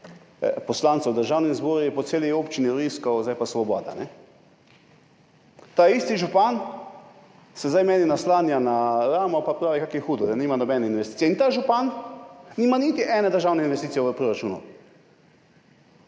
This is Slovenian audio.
poslancev v Državnem zboru, po celi občini vriskalo, zdaj pa svoboda. Taisti župan se zdaj meni naslanja na ramo pa pravi, kako je hudo, da nima nobene investicije. In ta župan nima niti ene državne investicije v proračunu.